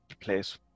place